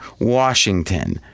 Washington